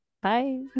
Bye